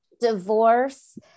Divorce